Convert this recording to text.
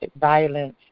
violence